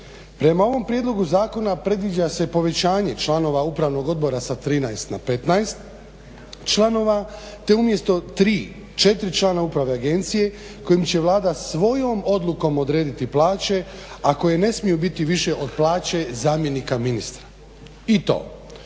prema ovom prijedlogu zakona predviđa se povećanje članova upravnog odbora sa 13 na 15 članova te umjesto 3, 4 člana uprave agencije kojim će Vlada svojom odlukom odrediti plaće a koje ne smiju biti više od plaće zamjenika ministra. I to